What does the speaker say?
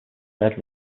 led